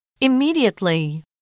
Immediately